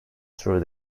through